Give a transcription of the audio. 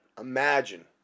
imagine